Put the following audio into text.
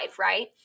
right